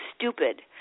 stupid